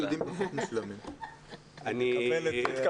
אני גם